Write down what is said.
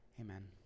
amen